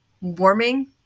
warming